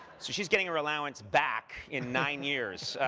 so she's getting her allowance back in nine years.